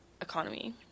economy